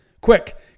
Quick